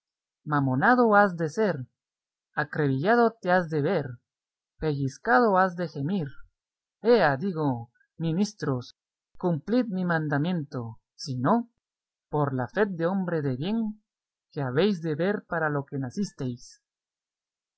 negocio mamonado has de ser acrebillado te has de ver pellizcado has de gemir ea digo ministros cumplid mi mandamiento si no por la fe de hombre de bien que habéis de ver para lo que nacistes